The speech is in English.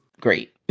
great